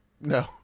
No